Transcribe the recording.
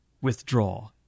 Withdraw